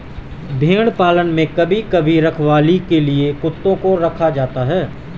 भेड़ पालन में कभी कभी रखवाली के लिए कुत्तों को साथ रखा जाता है